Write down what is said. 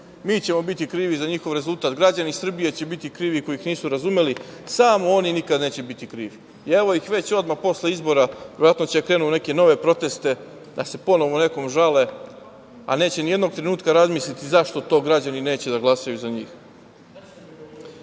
Mi ćemo biti krivi za njihov rezultat, građani Srbije će biti krivi koji ih nisu razumeli, samo oni nikad neće biti krivi. Evo, već odmah posle izbora verovatno će da krenu u neke nove proteste, da se ponovo nekom žale, a neće ni jednog trenutka razmisliti zašto to građani neće da glasaju za njih. Kao